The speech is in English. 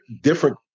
different